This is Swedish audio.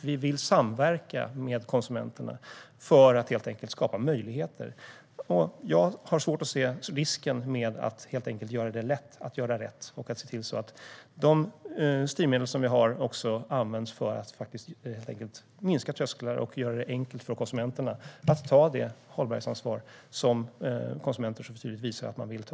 Vi vill samverka med konsumenterna för att skapa möjligheter. Jag har svårt att se risken med att göra det lätt att göra rätt och att se till att de styrmedel vi har används för att minska trösklar och göra det enkelt för konsumenterna att ta det hållbarhetsansvar som de tydligt visar att de vill ta.